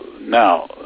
now